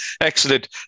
Excellent